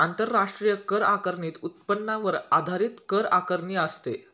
आंतरराष्ट्रीय कर आकारणीत उत्पन्नावर आधारित कर आकारणी असते